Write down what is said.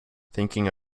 thinking